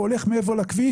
הולך מעבר לכביש,